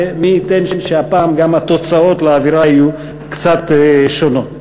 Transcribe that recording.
ומי ייתן שגם התוצאות של האווירה יהיו קצת שונות.